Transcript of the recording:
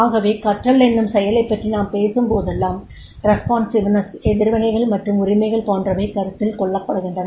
ஆகவே கற்றல் எனும் செயலைப் பற்றி நாம் பேசும்போதெல்லாம் ரெஸ்போன்ஸிவ்நெஸ் எதிர்வினைகள் மற்றும் உரிமைகள் போன்றவை கருத்தில் கொள்ளப்படுகின்றன